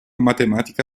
matematica